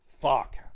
Fuck